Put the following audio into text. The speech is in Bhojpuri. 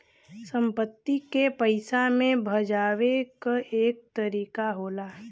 संपत्ति के पइसा मे भजावे क एक तरीका होला